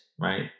right